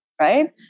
right